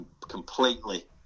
completely